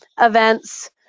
events